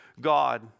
God